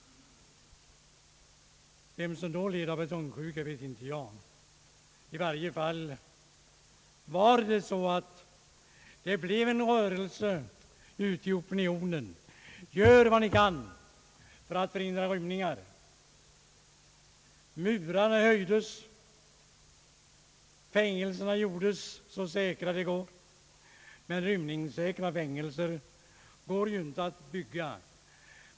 Vem som då led av betongsjuka vet inte jag. I varje fall blev det en opinion att myndigheterna skulle göra vad man kunde för att förhindra rymningar. Murarna höjdes, fängelserna gjordes så säkra som det är möjligt — helt rymningssäkra fängelser kan man ju inte bygga.